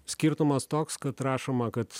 skirtumas toks kad rašoma kad